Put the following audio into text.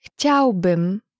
Chciałbym